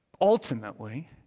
ultimately